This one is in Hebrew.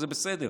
וזה בסדר,